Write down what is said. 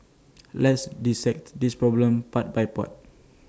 let's dissect this problem part by part